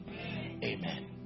Amen